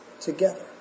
together